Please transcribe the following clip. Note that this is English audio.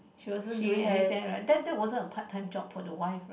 she wasn't doing any there right that that wasn't a part time job for the wife right